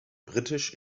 britisch